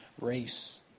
race